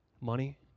money